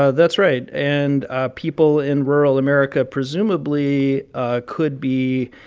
ah that's right. and ah people in rural america presumably ah could be,